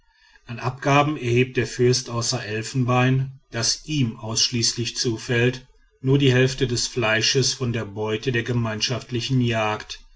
an abgaben erhebt der fürst außer elfenbein das ihm ausschließlich zufällt nur die hälfte des fleisches von der beute der gemeinschaftlichen jagd